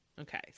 okay